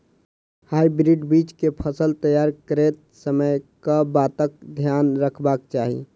Hybrid बीज केँ फसल तैयार करैत समय कऽ बातक ध्यान रखबाक चाहि?